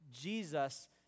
Jesus